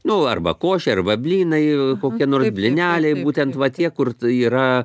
nu arba koše arba blynai kokie nors blyneliai būtent va tie kur yra